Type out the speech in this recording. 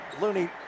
Looney